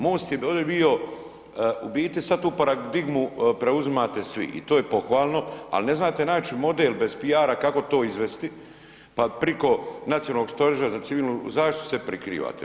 MOST je ovdje bio u biti sada tu paradigmu preuzimate svi i to je pohvalno, ali ne znate naći model bez PR-a kako to izvesti pa priko Nacionalnog stožera za civilnu zaštitu se prikrivate.